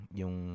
yung